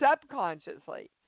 subconsciously